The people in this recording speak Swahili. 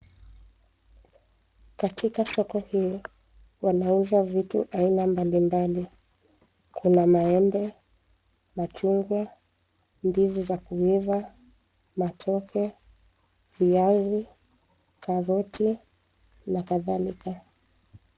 Katika soko hii, wanauza vitu aina mbali mbali. Kuna maembe, machungwa, ndizi za kuiva, matoke, viazi, karoti na kadhalika.